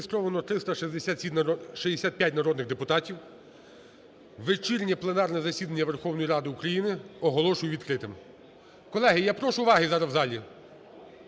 16:04:45 Зареєстровано 365 народних депутатів. Вечірнє пленарне засідання Верховної Ради України оголошую відкритим. Колеги, я прошу уваги зараз у залі.